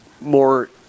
more